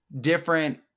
different